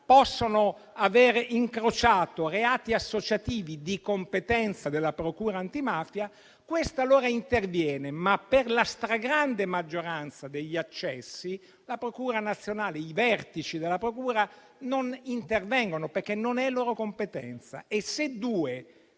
possono avere incrociato reati associativi di competenza della procura antimafia, questa allora interviene. Per la stragrande maggioranza degli accessi, però, i vertici della procura non intervengono perché non è loro competenza. Se due